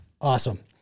Awesome